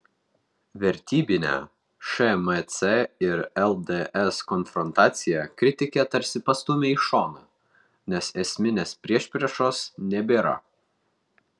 vertybinę šmc ir lds konfrontaciją kritikė tarsi pastūmė į šoną nes esminės priešpriešos nebėra